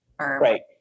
Right